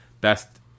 best